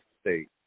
state